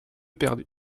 perdu